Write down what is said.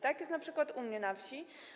Tak jest np. u mnie na wsi.